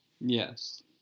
Yes